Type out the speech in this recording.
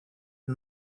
and